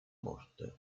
morte